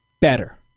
better